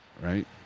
right